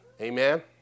Amen